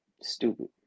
Stupid